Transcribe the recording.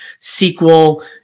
SQL